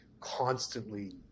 constantly